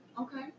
okay